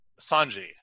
Sanji